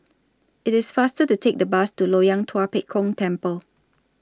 IT IS faster to Take The Bus to Loyang Tua Pek Kong Temple